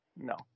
no